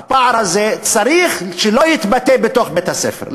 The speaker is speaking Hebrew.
הפער הזה, שלא יתבטא בבית-הספר.